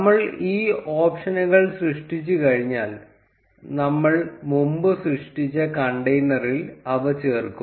നമ്മൾ ഈ ഓപ്ഷനുകൾ സൃഷ്ടിച്ചുകഴിഞ്ഞാൽ നമ്മൾ മുമ്പ് സൃഷ്ടിച്ച കണ്ടെയ്നറിൽ അവ ചേർക്കും